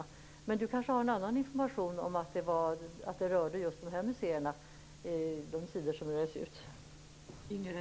Men Inger René kanske har en annan information om att de sidor som revs ut rörde just de här museerna.